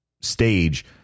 stage